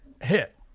hit